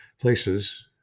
places